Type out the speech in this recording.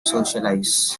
socialize